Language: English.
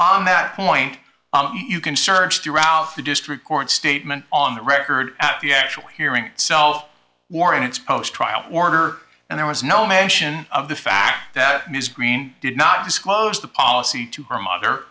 on that point you can search throughout the district court statement on the record the actual hearing so warrants post trial order and there was no mention of the fact that ms green did not disclose the policy to her mother